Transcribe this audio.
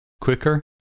quicker